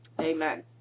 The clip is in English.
Amen